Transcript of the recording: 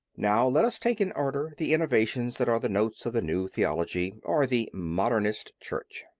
now let us take in order the innovations that are the notes of the new theology or the modernist church.